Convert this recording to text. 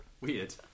Weird